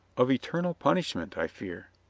of eternal punishment, i fear.